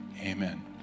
Amen